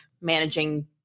managing